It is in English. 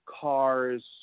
cars